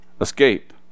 escape